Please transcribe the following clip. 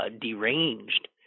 deranged